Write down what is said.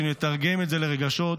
שנתרגם את זה לרגשות,